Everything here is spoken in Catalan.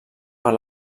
per